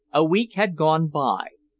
a week had gone by.